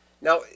Now